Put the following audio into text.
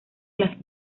las